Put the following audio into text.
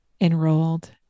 enrolled